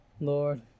lord